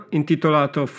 intitolato